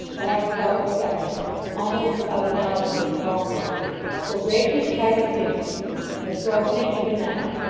act without reflection almost without a knowledge of the wrong they do will break his plighted faith to you has broken it even now.